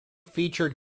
featured